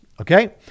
Okay